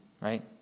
right